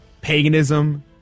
paganism